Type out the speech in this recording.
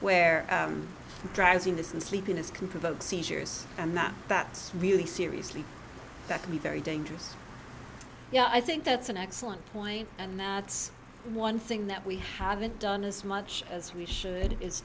where drowsiness and sleepiness comparable seizures and that that's really seriously that can be very dangerous yeah i think that's an excellent point and that's one thing that we haven't done as much as we should is